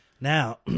Now